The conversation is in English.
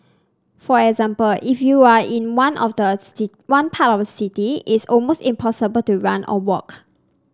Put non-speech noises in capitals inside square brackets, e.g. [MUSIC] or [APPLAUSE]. for example if you are in one of the [UNINTELLIGIBLE] one part city it's almost impossible to run or walk